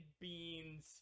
Beans